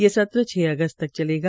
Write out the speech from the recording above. ये सत्र छ अगसत तक चलेगा